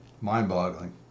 mind-boggling